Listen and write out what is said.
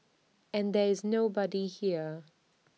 and there is nobody here